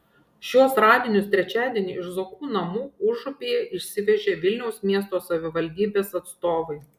šiuos radinius trečiadienį iš zuokų namų užupyje išsivežė vilniaus miesto savivaldybės atstovai